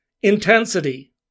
intensity